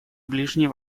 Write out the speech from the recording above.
ближний